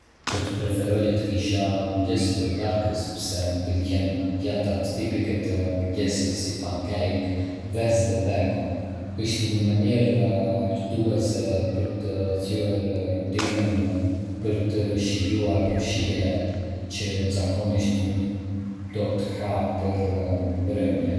Do të preferoja të kisha mëngjes për darkë sepse më pëlqejnë pjatat tipike të mëngjesit, si pancake, vezë dhe bacon. Është një mënyrë argëtuese për të thyer rutinën dhe për të shijuar shije që zakonisht nuk do të ha për mbrëmje.